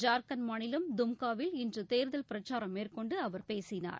ஜார்க்கண்ட் மாநிலம் தும்காவில் இன்று தேர்தல் பிரச்சாரம் மேற்கொண்டு அவர் பேசினார்